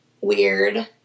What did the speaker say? weird